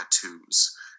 tattoos